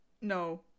No